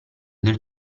del